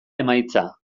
emaitza